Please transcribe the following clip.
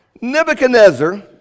Nebuchadnezzar